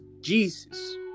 Jesus